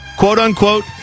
quote-unquote